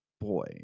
boy